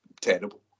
terrible